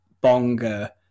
Bonga